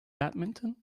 badminton